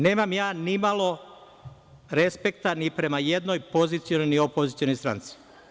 Nemam ja ni malo respekta ni prema jednoj pozicionoj i opozicionoj stranci.